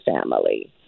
family